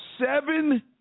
seven